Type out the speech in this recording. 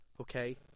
Okay